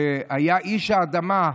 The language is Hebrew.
שהיה איש האדמה,